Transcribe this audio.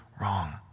wrong